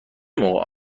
موقع